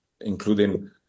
including